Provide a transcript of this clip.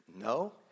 no